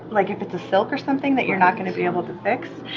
like if it's a silk or something that you're not going to be able to fix,